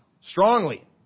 strongly